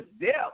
death